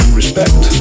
respect